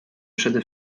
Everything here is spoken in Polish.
przede